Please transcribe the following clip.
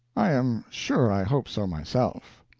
i am sure i hope so myself.